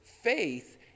faith